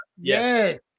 yes